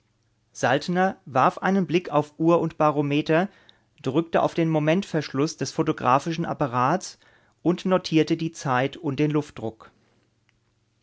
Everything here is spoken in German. saltner warf einen blick auf uhr und barometer drückte auf den momentverschluß des photographischen apparats und notierte die zeit und den luftdruck